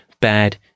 bad